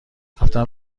رفتم